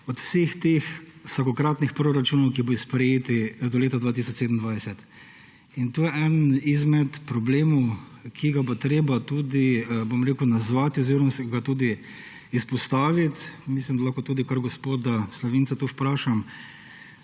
vseh teh vsakokratnih proračunov, ki bodo sprejeti do leta 2027. To je en izmed problemov, ki ga bo treba tudi nazvati oziroma ga tudi izpostaviti. Mislim, da lahko tudi gospoda Slavinca to vprašam